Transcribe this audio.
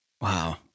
Wow